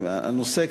הנושא,